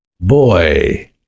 Boy